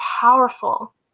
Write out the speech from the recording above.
powerful